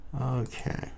okay